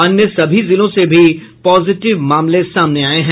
अन्य सभी जिलों से भी पॉजिटिव मामले सामने आये हैं